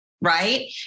right